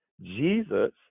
Jesus